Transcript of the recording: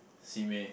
Simei